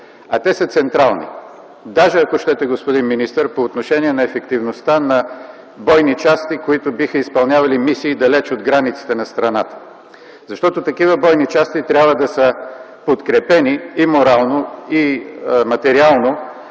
а те са централни, даже, ако щете, господин министър, по отношение на ефективността на бойни части, които биха изпълнявали мисии далеч от границите на страната. Защото такива бойни части трябва да са подкрепени и морално, и материално